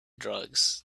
drugs